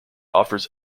offers